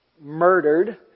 murdered